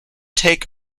take